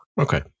Okay